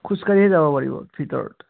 খোজকাঢ়িহে যাব পাৰিব ভিতৰত